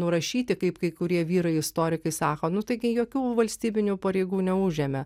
nurašyti kaip kai kurie vyrai istorikai sako nu taigi jokių valstybinių pareigų neužėmė